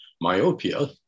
myopia